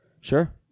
Sure